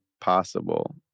possible